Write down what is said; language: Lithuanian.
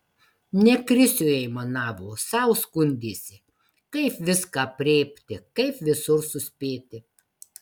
ne krisiui aimanavo sau skundėsi kaip viską aprėpti kaip visur suspėti